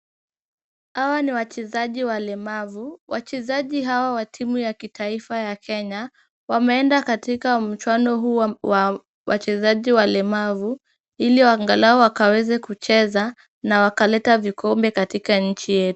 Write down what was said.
Hawa ni wachezaji walemavu. Wachezaji hawa wa timu ya kitaifa ya Kenya, wameenda katika mchuano huu wa wachezaji walemavu ili angalau wakaweze kucheza na wakaleta vikombe katika nchi yetu.